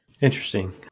Interesting